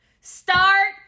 start